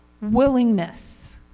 willingness